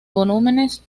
volúmenes